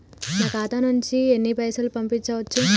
నా ఖాతా నుంచి ఎన్ని పైసలు పంపించచ్చు?